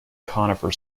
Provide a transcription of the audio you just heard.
conifer